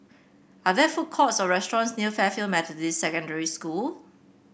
are there food courts or restaurants near Fairfield Methodist Secondary School